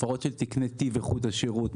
הפרות של תקני איכות השירות,